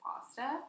pasta